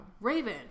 Raven